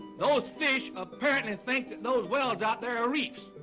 those fish apparently think that those wells out there are reefs.